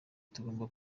tugomba